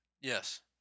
Yes